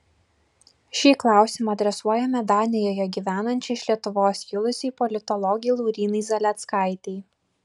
šį klausimą adresuojame danijoje gyvenančiai iš lietuvos kilusiai politologei laurynai zaleckaitei